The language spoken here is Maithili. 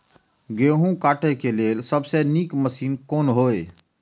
गेहूँ काटय के लेल सबसे नीक मशीन कोन हय?